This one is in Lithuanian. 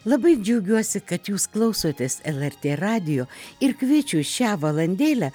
labai džiaugiuosi kad jūs klausotės lrt radijo ir kviečiu šią valandėlę